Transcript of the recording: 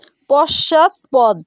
পশ্চাৎপদ